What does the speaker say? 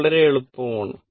ഇത് വളരെ എളുപ്പമാണ്